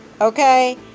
Okay